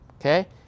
okay